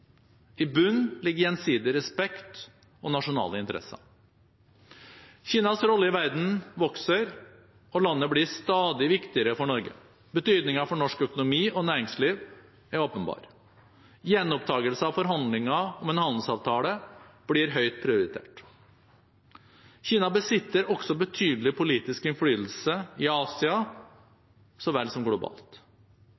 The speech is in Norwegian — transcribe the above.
I bunn ligger gjensidig respekt og nasjonale interesser. Kinas rolle i verden vokser, og landet blir stadig viktigere for Norge. Betydningen for norsk økonomi og næringsliv er åpenbar. Gjenopptakelse av forhandlinger om en handelsavtale blir høyt prioritert. Kina besitter også betydelig politisk innflytelse, i Asia